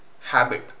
habit